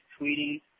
tweeting